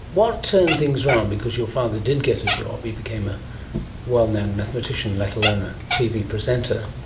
what turned things around? because your father did get a job, he became a well-known mathematician, let alone a tv presenter.